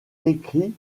écrit